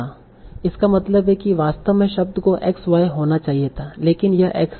इसका मतलब है कि वास्तव में शब्द को x y होना चाहिए था लेकिन यह x था